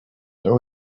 there